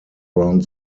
round